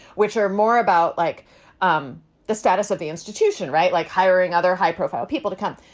which are more about like um the status of the institution. right. like hiring other high profile people to come.